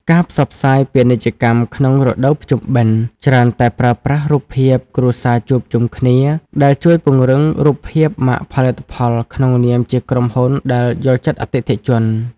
ការផ្សព្វផ្សាយពាណិជ្ជកម្មក្នុងរដូវភ្ជុំបិណ្ឌច្រើនតែប្រើប្រាស់រូបភាពគ្រួសារជួបជុំគ្នា ដែលជួយពង្រឹងរូបភាពម៉ាកផលិតផលក្នុងនាមជាក្រុមហ៊ុនដែលយល់ចិត្តអតិថិជន។